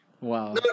Wow